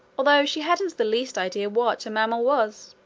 although she hadn't the least idea what a mammal was.